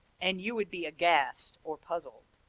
and you would be aghast or puzzled.